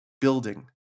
building